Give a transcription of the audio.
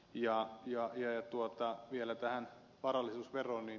ja vielä tähän varallisuusveroon